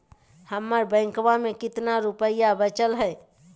हमर बैंकवा में कितना रूपयवा बचल हई?